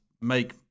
make